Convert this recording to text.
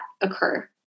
occur